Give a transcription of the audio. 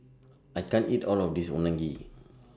I can't eat All of This Unagi